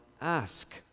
ask